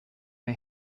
may